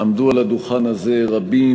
עמדו על הדוכן הזה רבים,